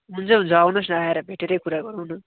हुन्छ हुन्छ आउनुहोस् न आएर भेटेरै कुरा गरौँ न